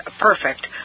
perfect